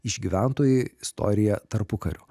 išgyventoji istorija tarpukariu